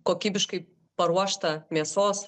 kokybiškai paruoštą mėsos